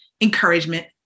encouragement